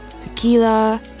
tequila